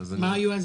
לגבי תאגיד,